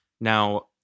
Now